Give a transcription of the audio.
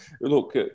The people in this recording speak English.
Look